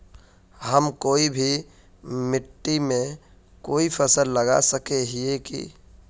हम कोई भी मिट्टी में कोई फसल लगा सके हिये की?